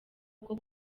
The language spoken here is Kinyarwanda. bwo